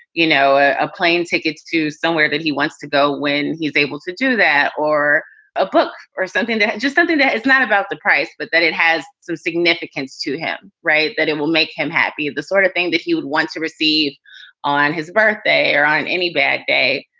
you know, ah a plane tickets to somewhere that he wants to go when he's able to do that or a book or something, just something that is not about the price, but that it has some significance to him. right. that it will make him happy. the sort of thing that you would want to receive on his birthday or on any bad day.